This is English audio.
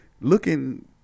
looking